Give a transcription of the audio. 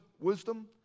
wisdom